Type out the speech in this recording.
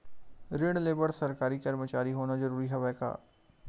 ऋण ले बर सरकारी कर्मचारी होना जरूरी हवय का?